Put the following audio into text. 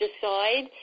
decide